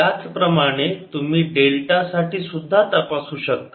त्याचप्रमाणे तुम्ही डेल्टा साठी सुद्धा तपासू शकता